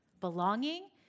belonging